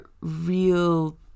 real